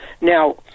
Now